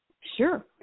Sure